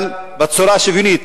אבל בצורה שוויונית,